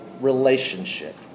relationship